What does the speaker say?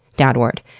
dad ward,